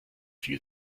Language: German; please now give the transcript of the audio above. viel